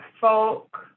folk